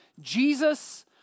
Jesus